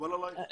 מקובל עלייך?